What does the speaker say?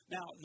Now